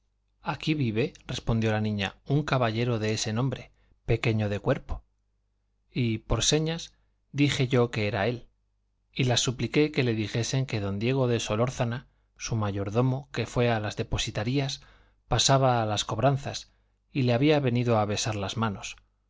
aquí vive repondió la niña un caballero de ese nombre pequeño de cuerpo y por las señas dije yo que era él y las supliqué que le dijesen que diego de solórzana su mayordomo que fue de las depositarías pasaba a las cobranzas y le había venido a besar las manos